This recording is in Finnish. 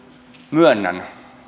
myönnän